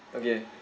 okay